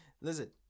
Listen